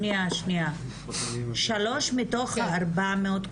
שלוש מתוך ה-400,